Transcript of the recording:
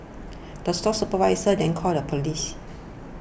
the store supervisor then called the police